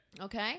Okay